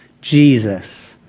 Jesus